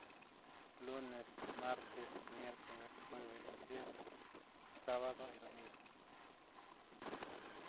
Lunes, martes, miercoles, jueves, viernes, sábado y domingo.